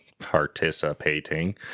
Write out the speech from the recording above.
Participating